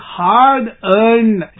hard-earned